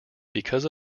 because